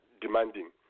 demanding